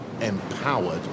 empowered